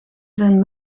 zijn